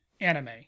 Anime